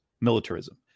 militarism